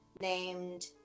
named